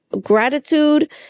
Gratitude